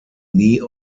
nie